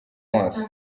maso